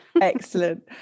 Excellent